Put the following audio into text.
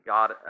God